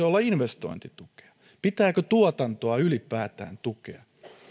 olla investointitukea pitääkö tuotantoa ylipäätään tukea